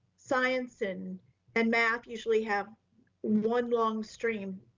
science and and math usually have one long stream,